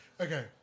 Okay